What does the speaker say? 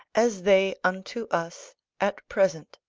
as they unto us at present.